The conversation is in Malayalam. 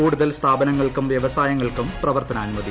കൂടുതൽ സ്ഥാപനങ്ങൾക്കും വൃവസായങ്ങൾക്കും പ്രവർത്തനാനുമതി